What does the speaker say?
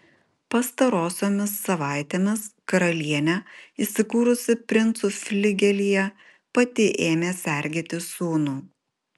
pastarosiomis savaitėmis karalienė įsikūrusi princų fligelyje pati ėmė sergėti sūnų